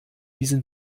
diesen